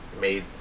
made